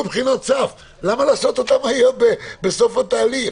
בחינות סף למה לעשות אותן בסוף התהליך?